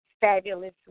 fabulous